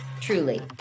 truly